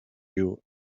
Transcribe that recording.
you